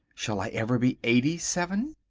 shall i ever be eighty-seven?